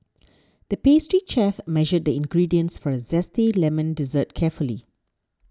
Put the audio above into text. the pastry chef measured the ingredients for a Zesty Lemon Dessert carefully